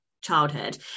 childhood